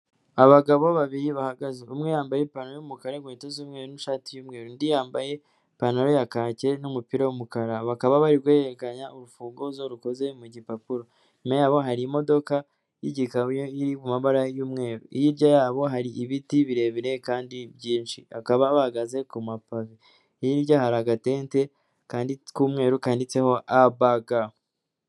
Abagabo babiri bahagaze umwe yambaye ipantaro y'umukara n'inkweto mweru n'ishati y'umweru, undi yambaye ipantaro ya kake n'umupira w'umukara bakaba bari guhererekanya urufunguzo rukoze mu gipapuro, imbere yabo hari imodoka y'igikamyo iri mu mabara y'umweru, hirya yabo hari ibiti birebire kandi byinshi bakaba bahagaze ku mapave, hirya hari agatente kandi k'umweru kanditseho ABG.